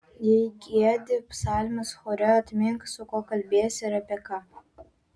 jei giedi psalmes chore atmink su kuo kalbiesi ir apie ką